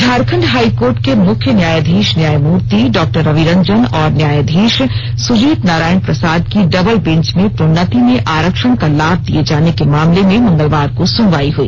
Jharkhand high court के मुख्य न्यायाधीश न्यायमूर्ति डॉ रवि रंजन और न्यायाधीश सुजीत नारायण प्रसाद की डबल बेंच में प्रोन्नति में आरक्षण का लाभ दिए जाने के मामले में मंगलवार को सुनवाई हुई